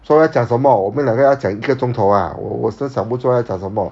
so 要讲什么我们两个要讲一个钟头 ah 我现在想不出要讲什么